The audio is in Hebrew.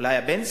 או אולי הפנסיה,